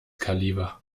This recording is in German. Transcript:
kaliber